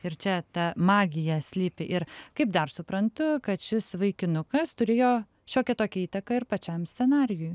ir čia ta magija slypi ir kaip dar suprantu kad šis vaikinukas turėjo šiokią tokią įtaką ir pačiam scenarijui